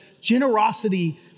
generosity